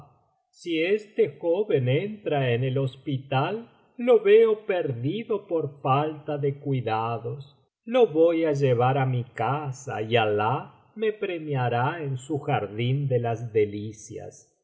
si este joven entra en el hospital lo veo perdido por falta de cuidados lo voy á llevar á mi casa y alah me premiará en su jardín de las delicias mandó pues á